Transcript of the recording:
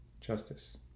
justice